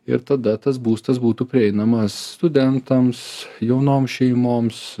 ir tada tas būstas būtų prieinamas studentams jaunom šeimoms